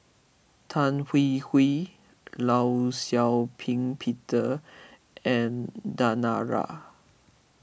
Tan Hwee Hwee Law Shau Ping Peter and Danara